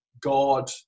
God